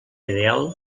ideal